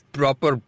proper